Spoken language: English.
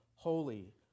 Holy